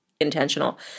intentional